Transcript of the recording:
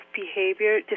behavior